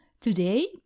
Today